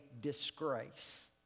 disgrace